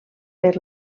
per